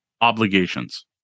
obligations